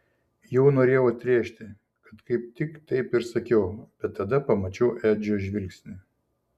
jau norėjau atrėžti kad kaip tik taip ir sakiau bet tada pamačiau edžio žvilgsnį